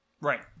Right